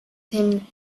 thin